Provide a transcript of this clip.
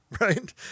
Right